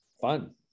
fun